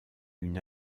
une